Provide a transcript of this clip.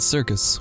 Circus